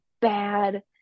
bad